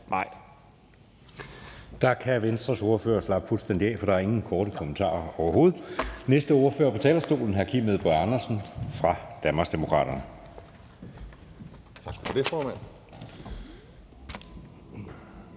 Søe): Der kan Venstres ordfører slappe fuldstændig af, for der er ingen korte bemærkninger overhovedet. Den næste ordfører på talerstolen er hr. Kim Edberg Andersen fra Danmarksdemokraterne.